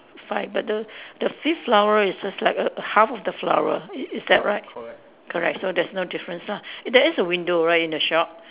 five but the the fifth flower is just like a a half of the flower i~ is that right correct so there's no difference ah there is a window right in the shop